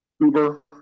Uber